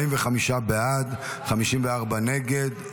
54 נגד.